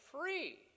free